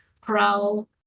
Prowl